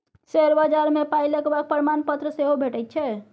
share बजार मे पाय लगेबाक प्रमाणपत्र सेहो भेटैत छै